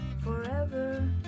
forever